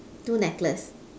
two necklace